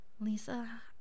Lisa